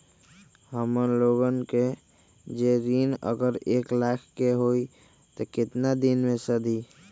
हमन लोगन के जे ऋन अगर एक लाख के होई त केतना दिन मे सधी?